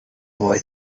boy